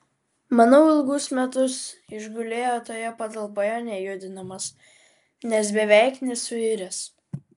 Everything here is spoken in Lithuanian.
manau ilgus metus išgulėjo toje patalpoje nejudinamas nes beveik nesuiręs